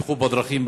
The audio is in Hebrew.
בטיחות בדרכים,